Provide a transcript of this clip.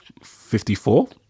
54